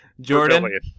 Jordan